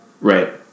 Right